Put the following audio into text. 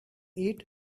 eat